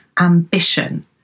ambition